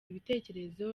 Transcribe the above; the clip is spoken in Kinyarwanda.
ibitekerezo